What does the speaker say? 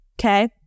Okay